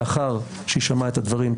לאחר שהיא שמעה את הדברים,